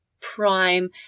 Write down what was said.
prime